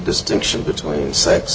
distinction between se